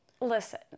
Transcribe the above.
listen